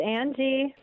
Angie